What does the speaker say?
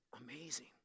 amazing